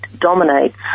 dominates